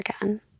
again